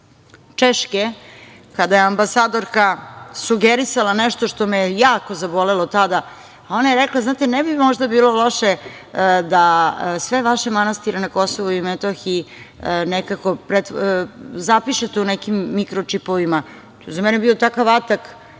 Češke, kada je ambasadorka sugerisala nešto što me je jako zabolelo tada. Ona je rekla - znate, ne bi možda bilo loše da sve vaše manastire na Kosovu i Metohiji nekako zapišete u nekim mikročipovima. Za mene je to bio takav atak,